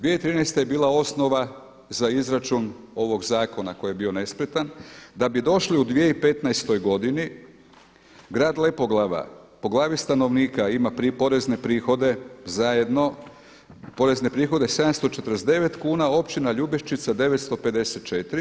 2013. je bila osnova za izračun ovog zakona koji je bio nespretan, da bi došli u 2015. godini grad Lepoglava po glavi stanovnika ima porezne prihode zajedno, porezne prihode 749 kuna, općina Ljubeščia 954.